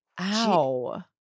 Ow